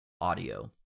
audio